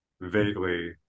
vaguely